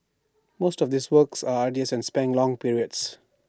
most of these works are arduous and span long periods